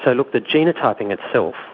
ah look, the genotyping itself,